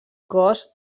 cos